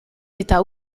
eta